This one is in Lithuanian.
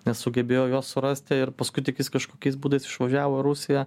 nesugebėjo jo surasti ir paskui tik jis kažkokiais būdais išvažiavo į rusiją